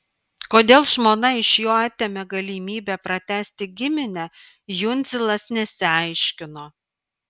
kodėl žmona iš jo atėmė galimybę pratęsti giminę jundzilas nesiaiškino